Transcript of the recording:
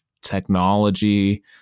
technology